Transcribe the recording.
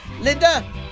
Linda